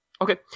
Okay